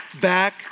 back